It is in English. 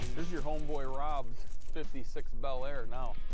is your homeboy rob's fifty six bel air now.